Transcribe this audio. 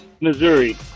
Missouri